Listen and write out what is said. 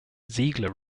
ziegler